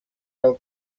del